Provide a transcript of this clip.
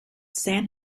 san